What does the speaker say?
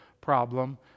problem